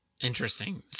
Interesting